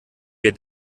wir